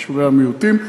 יישובי המיעוטים,